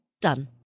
done